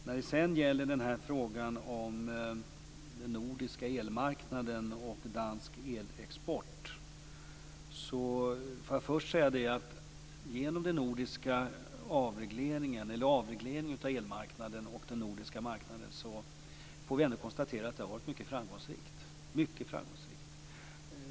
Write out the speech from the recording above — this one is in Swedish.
När det gäller frågan om den nordiska elmarknaden och dansk elexport vill jag säga att detta med avregleringen av elmarknaden och införandet av den nordiska elmarknaden har varit mycket framgångsrikt.